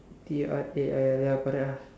T R A I L ya correct ah